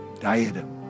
diadem